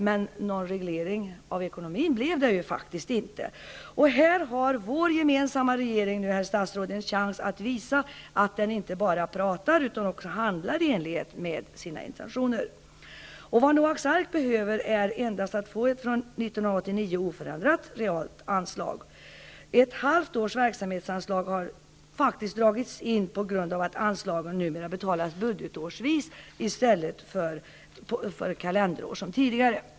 Men någon reglering av ekonomin blev det faktiskt inte. Här har vår gemensamma regering, herr statsråd, en chans att visa att den inte bara pratar utan också handlar i enlighet med sina intentioner. Noaks Ark behöver endast ett från 1989 oförändrat realt anslag. Ett halvt års verksamhetsanslag har faktiskt dragits in på grund av att anslagen numera betalas budgetårsvis i stället för enligt kalenderår som tidigare.